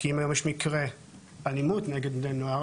כי אם היום יש מקרה אלימות נגד בני נוער,